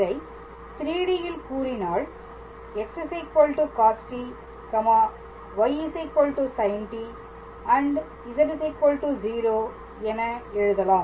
இதை 3D ல் கூறினால் x costy sint z 0 என எழுதலாம்